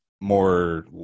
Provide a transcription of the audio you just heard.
more